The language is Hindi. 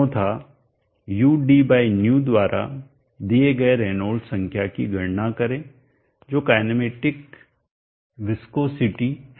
चौथा udϑ द्वारा दिए गए रेनॉल्ड्स संख्या की गणना करें जो काईनेमेटिक विस्कोसिटी है